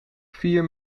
vier